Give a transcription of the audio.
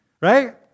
right